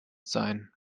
sein